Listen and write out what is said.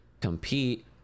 compete